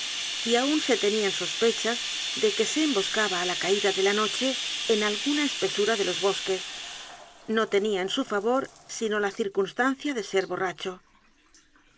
y aun se tenian sospechas de que se emboscaba á la caida de la noche en alguna espesura de los bosques no tenia en su favor sino la circunstancia de ser borracho